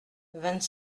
vingt